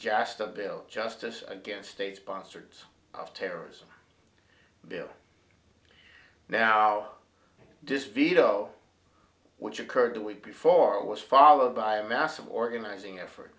bill justice against state sponsored terrorism bill now this veto which occurred two week before was followed by a massive organizing effort